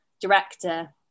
director